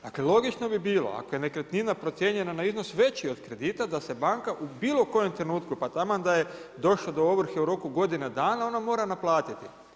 Dakle logično bi bilo ako je nekretnina procijenjena na iznos veći od kredita da se banka u bilo kojem trenutku pa taman da je došlo do ovrhe u godine dana ona mora naplatiti.